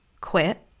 quit